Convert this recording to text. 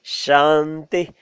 shanti